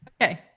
okay